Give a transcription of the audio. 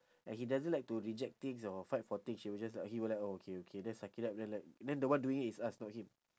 and he doesn't like to reject things or fight for things she will just like he will like oh okay okay then suck it up then like then the one doing is us not him